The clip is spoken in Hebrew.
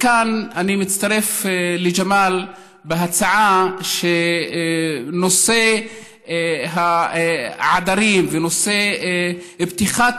כאן אני מצטרף לג'מאל בהצעה בנושא העדרים ובנושא פתיחת